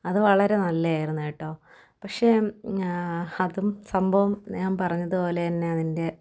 അതു വളരെ നല്ലായിരുന്നു കേട്ടോ പക്ഷെ അതും സംഭവം ഞാൻ പറഞ്ഞതു പോലെതന്നെ അതിൻ്റെ